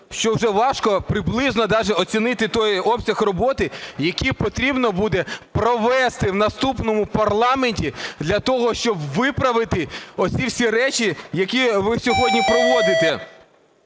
що вже важко приблизно даже оцінити той обсяг роботи, який потрібно буде провести в наступному парламенті для того, щоб виправити оці всі речі, які ви сьогодні проводите.